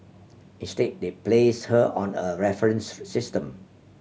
instead they place her on a reference system